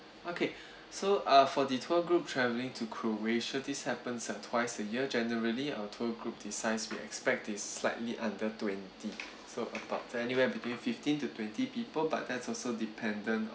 okay so uh for the tour group travelling to croatia this happens at twice a year generally our tour group the size we expect is slightly under twenty so about to anywhere between fifteen to twenty people but that's also dependent